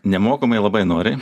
nemokamai labai noriai